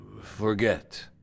forget